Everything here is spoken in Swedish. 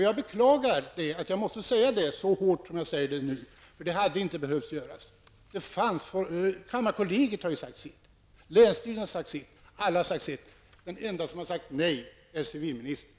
Jag beklagar att jag måste säga detta så hårt som jag gör nu. Det hade inte behövt bli så. Kammarkollegiet har ju sagt sitt. Länsstyrelsen har sagt sitt. Alla har sagt sitt. Den enda som har sagt nej är civilministern.